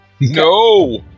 No